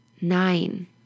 Nine